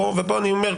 או ופה אני אומר,